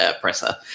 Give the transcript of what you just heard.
presser